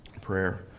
prayer